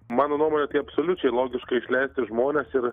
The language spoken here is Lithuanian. mano nuomone tai absoliučiai logiška išleisti žmones ir